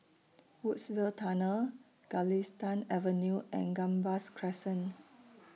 Woodsville Tunnel Galistan Avenue and Gambas Crescent